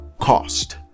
cost